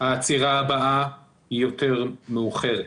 העצירה הבאה יותר מאוחרת.